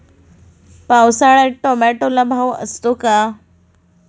पावसाळ्यात टोमॅटोला भाव असतो का?